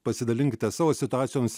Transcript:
pasidalinkite savo situacijoms